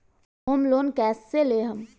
Home loan कैसे लेहम?